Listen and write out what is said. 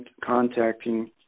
contacting